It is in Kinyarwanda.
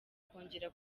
kongera